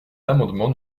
l’amendement